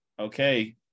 Okay